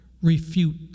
refute